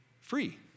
free